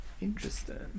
Interesting